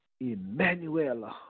Emmanuel